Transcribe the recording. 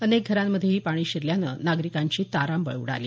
अनेक घरांमध्येही पाणी शिरल्यानं नागरिकांची तारांबळ उडाली